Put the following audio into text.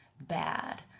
bad